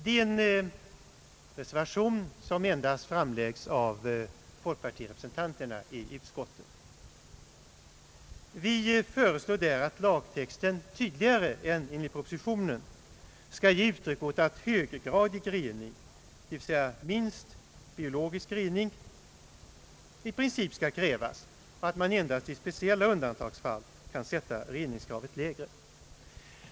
Det är en reservation som framläggs enbart av folkpartirepresentanterna i utskottet. Vi föreslår där att lagtexten tydligare än i propositionen skall ge uttryck åt att höggradig rening, dvs. minst biologisk rening, i princip skall krävas och att man endast i speciella undantagsfall skall sätta reningsgraden lägre.